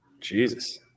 Jesus